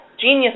genius